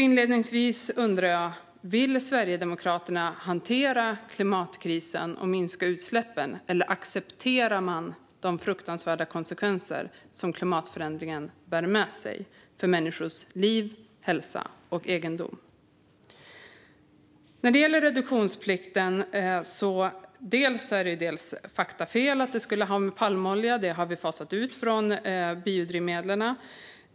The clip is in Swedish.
Inledningsvis undrar jag: Vill Sverigedemokraterna hantera klimatkrisen och minska utsläppen, eller accepterar man de fruktansvärda konsekvenser som klimatförändringen bär med sig för människors liv, hälsa och egendom? När det gäller reduktionsplikten är det faktafel att det används palmolja. Det har vi fasat ut från biodrivmedlen.